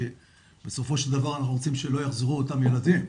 כי בסופו של דבר אנחנו רוצים שלא יחזרו אותם ילדים,